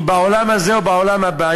אם בעולם הזה או בעולם הבא,